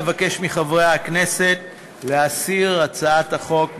אבקש מחברי הכנסת להסיר את הצעת החוק מסדר-היום.